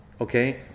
okay